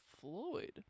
Floyd